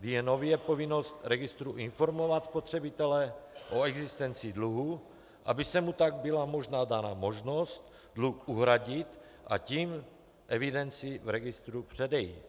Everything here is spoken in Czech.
Je nově povinnost registru informovat spotřebitele o existenci dluhu, aby mu tak byla dána možnost dluh uhradit, a tím evidenci v registru předejít.